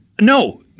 No